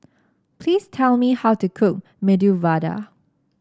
please tell me how to cook Medu Vada